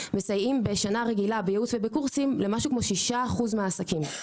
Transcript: מסייעים בשנה רגילה בייעוץ ובקורסים לכ-6% מהעסקים.